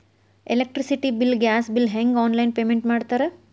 electricity bill gas bill ಹೆಂಗ online payment ಮಾಡ್ತಾರಾ